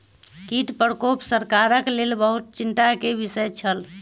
कीट प्रकोप सरकारक लेल बहुत चिंता के विषय छल